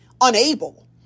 unable